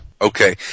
Okay